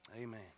Amen